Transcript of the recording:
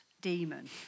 demon